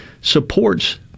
supports